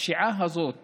הפשיעה הזאת